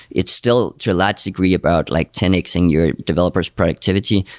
it's still to a large degree about like ten x ing your developer s productivity,